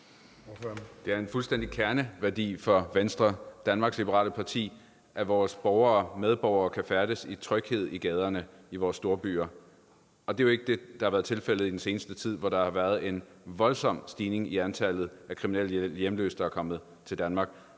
Det er en fuldstændig kerneværdi for Venstre, Danmarks Liberale Parti, at vores medborgere kan færdes i tryghed i gaderne i vores storbyer, og det er jo ikke det, der har været tilfældet i den seneste tid, hvor der har været en voldsom stigning i antallet af kriminelle hjemløse, der er kommet til Danmark.